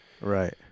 Right